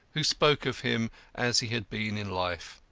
who spoke of him as he had been in life.